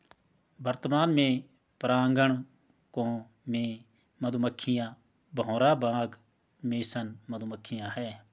वर्तमान में परागणकों में मधुमक्खियां, भौरा, बाग मेसन मधुमक्खियाँ है